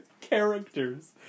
characters